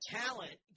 talent